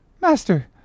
master